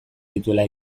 dituela